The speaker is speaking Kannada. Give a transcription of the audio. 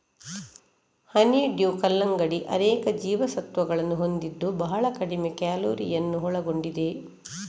ಹನಿಡ್ಯೂ ಕಲ್ಲಂಗಡಿ ಅನೇಕ ಜೀವಸತ್ವಗಳನ್ನು ಹೊಂದಿದ್ದು ಬಹಳ ಕಡಿಮೆ ಕ್ಯಾಲೋರಿಯನ್ನು ಒಳಗೊಂಡಿದೆ